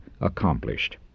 accomplished